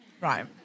Right